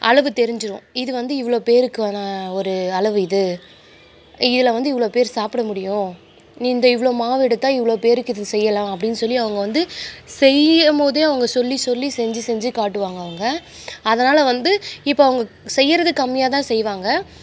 அளவு தெரிஞ்சுரும் இது வந்து இவ்வளோ பேருக்கான ஒரு அளவு இது இதில் வந்து இவ்வளோ பேர் சாப்பிட முடியும் நீ இந்த இவ்வளோ மாவு எடுத்தால் இவ்வளோ பேருக்கு இதை செய்யலாம் அப்படின்னு சொல்லி அவங்க வந்து செய்யும் போதே அவங்க சொல்லி சொல்லி செஞ்சு செஞ்சுக் காட்டுவாங்க அவங்க அதனால் வந்து இப்போ அவங்க செய்கிறது கம்மியாக தான் செய்வாங்க